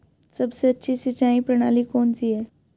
सबसे अच्छी सिंचाई प्रणाली कौन सी है?